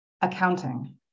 Accounting